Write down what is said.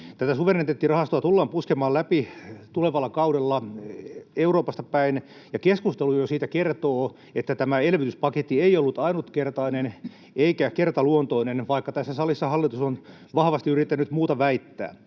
Tätä suvereniteettirahastoa tullaan puskemaan läpi tulevalla kaudella Euroopasta päin, ja jo keskustelu siitä kertoo, että tämä elvytyspaketti ei ollut ainutkertainen eikä kertaluontoinen, vaikka tässä salissa hallitus on vahvasti yrittänyt muuta väittää.